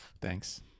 Thanks